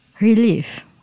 relief